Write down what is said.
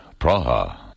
Praha